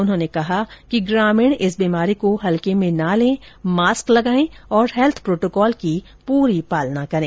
उन्होंने कहा कि ग्रामीण इस बीमारी को हल्के में ना लें मास्क लगाएं और हैल्थ प्रोटोकॉल की पालना करें